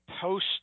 post